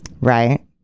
Right